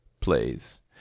Plays